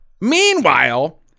meanwhile